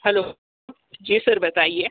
hello ji sir बताइए